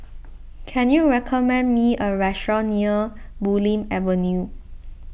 can you recommend me a restaurant near Bulim Avenue